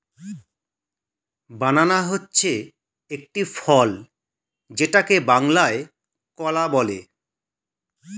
বানানা হচ্ছে একটি ফল যেটাকে বাংলায় কলা বলে